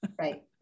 Right